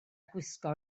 gwisgo